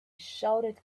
shouted